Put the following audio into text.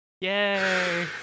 Yay